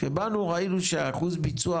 כשבאנו ראינו שאחוז הביצוע